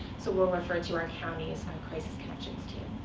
so we'll refer to our county's crisis connections team.